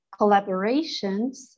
collaborations